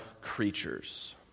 creatures